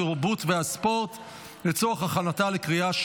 התרבות והספורט נתקבלה.